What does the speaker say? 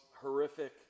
horrific